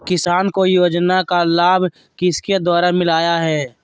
किसान को योजना का लाभ किसके द्वारा मिलाया है?